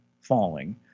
falling